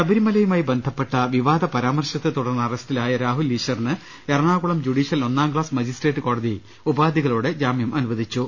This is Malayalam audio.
ശബരിമലയുമായി ബന്ധപ്പെട്ട വിവാദപരാമർശത്തെ തുടർന്ന് അറസ്റ്റി ലായ രാഹുൽ ഈശ്വറിന് എറണാകുളം ജൂഡീഷ്യൽ ഒന്നാം ക്സാസ് മജിസ്ട്രേറ്റ് കോടതി ഉപാധികളോടെ ജാമ്യം അനുവദിച്ചു